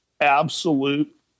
absolute